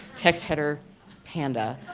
text header panda.